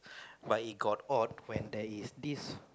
but it got odd when there is this